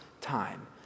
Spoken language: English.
time